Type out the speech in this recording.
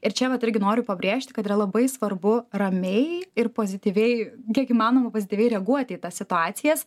ir čia vat irgi noriu pabrėžti kad yra labai svarbu ramiai ir pozityviai kiek įmanoma pozityviai reaguoti į tas situacijas